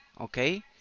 okay